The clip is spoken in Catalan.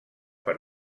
per